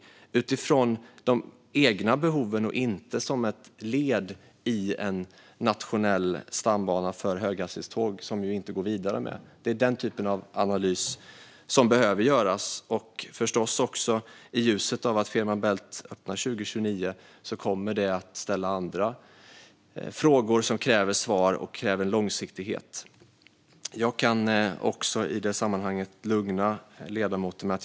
Det ska ses utifrån de egna behoven och inte som ett led i en nationell stambana för höghastighetståg som vi inte går vidare med. Det är den typen av analys som behöver göras. Det ska förstås också ses i ljuset av att Fehmarn Bält-förbindelsen öppnar 2029. Det kommer att ställa andra frågor som kräver svar och långsiktighet. Jag kan också i det sammanhanget lugna ledamoten Adrian Magnusson.